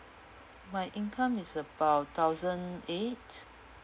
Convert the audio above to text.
my income is about thousand eight